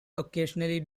occasionally